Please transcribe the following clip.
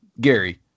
Gary